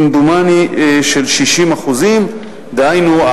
כמדומני של 60%. דהיינו,